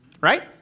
right